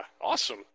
awesome